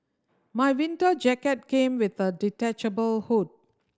my winter jacket came with a detachable hood